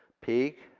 peak.